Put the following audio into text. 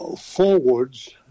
Forwards